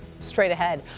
straight ahead,